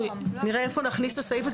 נראה איפה נכניס את הסעיף הזה,